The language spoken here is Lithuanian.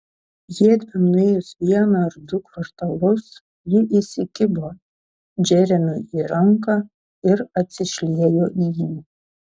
jiedviem nuėjus vieną ar du kvartalus ji įsikibo džeremiui į ranką ir atsišliejo į jį